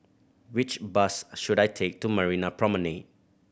which bus should I take to Marina Promenade